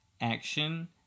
action